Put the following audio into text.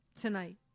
tonight